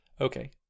okay